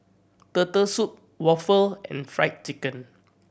Turtle Soup waffle and Fried Chicken